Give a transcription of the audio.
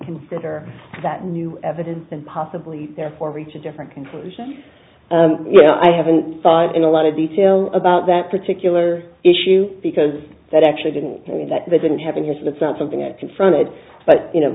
consider that new evidence and possibly therefore reach a different conclusion i haven't thought in a lot of detail about that particular issue because that actually didn't that didn't happen here so it's not something that confronted but you know